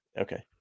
Okay